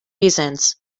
reasons